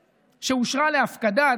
מפורטת שאושרה להפקדה,